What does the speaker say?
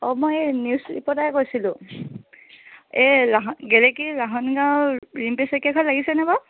অঁ মই এই নিউজ ৰিপৰ্টাৰে কৈছিলোঁ এই লাহন গেলেকীৰ লাহনগাঁৱৰ ৰিম্পী শইকীয়া ঘৰত লাগিছেনে বাৰু